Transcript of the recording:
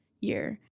year